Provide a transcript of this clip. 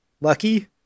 lucky